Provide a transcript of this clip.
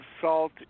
salt